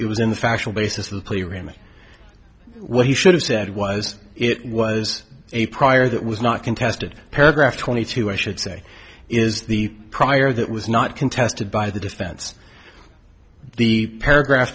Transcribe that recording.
it was in the factual basis of the plea ramey what he should have said was it was a prior that was not contested paragraph twenty two i should say is the prior that was not contested by the defense the paragraph